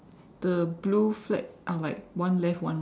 the blue flag are like one left one right